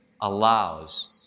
allows